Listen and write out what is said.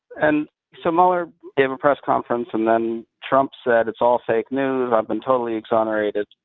and so mueller gave a press conference, and then trump said, it's all fake news. i've been totally exonerated.